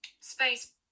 space